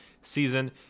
season